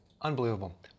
Unbelievable